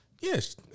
Yes